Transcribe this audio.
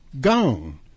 gone